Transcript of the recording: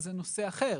זה נושא אחר.